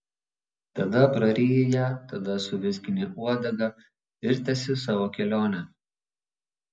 tada praryji ją tada suvizgini uodega ir tęsi savo kelionę